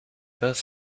both